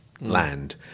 land